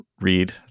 read